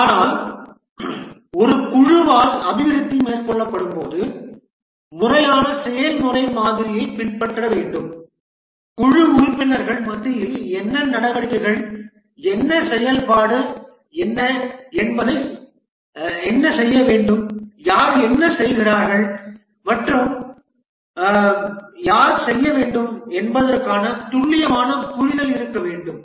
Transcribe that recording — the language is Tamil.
ஆனால் ஒரு குழுவால் அபிவிருத்தி மேற்கொள்ளப்படும்போது முறையான செயல்முறை மாதிரியைப் பின்பற்ற வேண்டும் குழு உறுப்பினர்கள் மத்தியில் என்ன நடவடிக்கைகள் என்ன செயல்பாடு என்ன செய்ய வேண்டும் யார் என்ன செய்வார்கள் மற்றும் யார் செய்ய வேண்டும் என்பதற்கான துல்லியமான புரிதல் இருக்க வேண்டும்